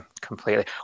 completely